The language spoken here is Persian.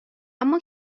اما